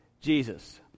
Jesus